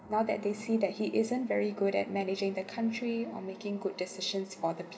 now that they see that he isn't very good at managing the country or making good decisions for the